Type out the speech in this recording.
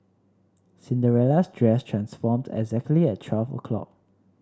Cinderella's dress transformed exactly at twelve o'clock